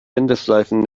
wendeschleifen